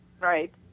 Right